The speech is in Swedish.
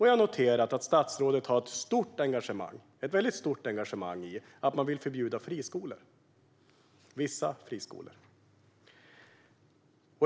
Jag har noterat att statsrådet har ett stort engagemang i att vilja förbjuda friskolor - vissa friskolor.